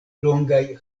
longaj